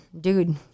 dude